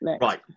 Right